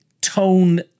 tone